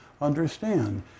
understand